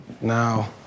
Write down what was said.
Now